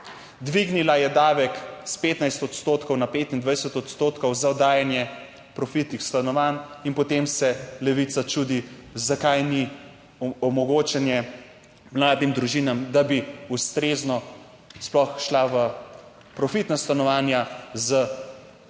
Dvignila je davek s 15 odstotkov na 25 odstotkov za oddajanje profitnih stanovanj. In potem se Levica čudi, zakaj ni omogočanje mladim družinam, da bi ustrezno sploh šla v profitna stanovanja z